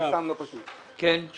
יש